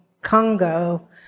Congo